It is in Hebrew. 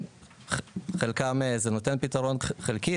זה נותן פתרון חלקי.